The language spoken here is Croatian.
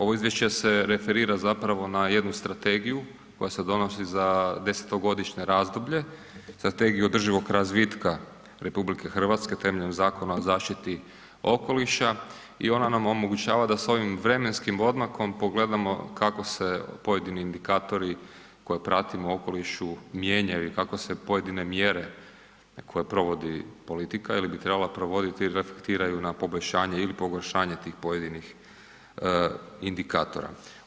Ovo izvješće se referira zapravo na jednu strategiju koja se donosi za desetogodišnje razdoblje „Strategiju održivog razvitka RH temeljem Zakona o zaštiti okoliša“ i ona nam omogućava da s ovim vremenskim odmakom pogledamo kako se pojedini indikatori koje pratimo u okolišu mijenjaju i kako se pojedine mjere koje provodi politika ili bi trebala provoditi, reflektiraju na poboljšanje ili pogoršanje tih pojedinih indikatora.